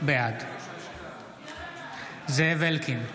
בעד זאב אלקין,